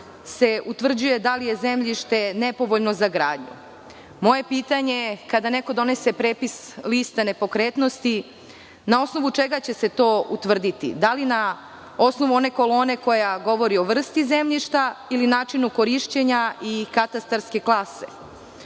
se utvrđuje da li je zemljište nepovoljno za gradnju. Moje pitanje glasi - kada neko donese prepis liste nepokretnosti, na osnovu čega će se to utvrditi? Da li na osnovu one kolone koja govori o vrsti zemljišta ili načinu korišćenja i katastarske klase? Isto